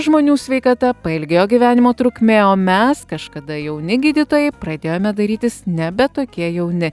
žmonių sveikata pailgėjo gyvenimo trukmė o mes kažkada jauni gydytojai pradėjome dairytis nebe tokie jauni